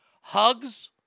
hugs